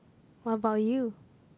what about you